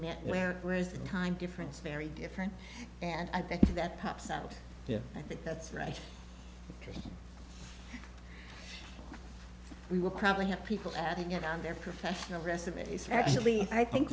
met where where's the time difference very different and i think that pops out yeah i think that's right because we will probably have people that get on their professional resumes actually i think